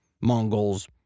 mongols